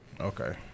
okay